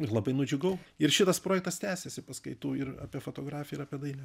ir labai nudžiugau ir šitas projektas tęsiasi paskaitų ir apie fotografiją ir apie dailę